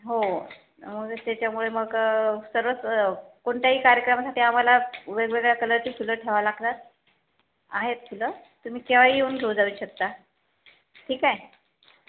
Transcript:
हो त्याच्यामुळे मग सर्वच कोणत्याही कार्यक्रमासाठी आम्हाला वेगवेगळ्या कलरची फुलं ठेवावी लागतात आहेत फुलं तुम्ही केव्हाही येऊन घेऊन जाऊ शकता ठीक आहे